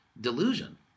delusion